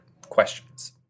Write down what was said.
questions